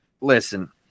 Listen